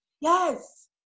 Yes